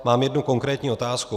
Mám jednu konkrétní otázku.